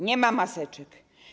Nie ma maseczek.